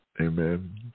Amen